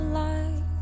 light